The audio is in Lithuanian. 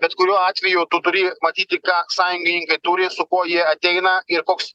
bet kuriuo atveju turi matyti ką sąjungininkai turi su kuo jie ateina ir koks